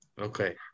Okay